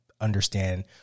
understand